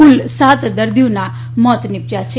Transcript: કુલ સાત દર્દીઓના મોત નીપજયા છે